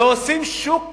ועושים שוק